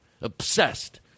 Obsessed